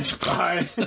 Bye